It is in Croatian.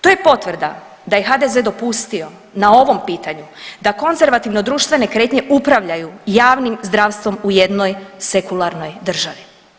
To je potvrda da je HDZ dopustio na ovom pitanju da konzervativno društvene kretnje upravljaju javnim zdravstvom u jednoj sekularnoj državi.